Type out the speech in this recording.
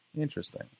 Interesting